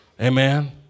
Amen